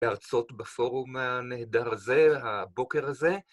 להרצות בפורום הנהדר הזה, הבוקר הזה.